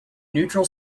neutral